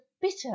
bitter